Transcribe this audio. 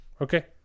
Okay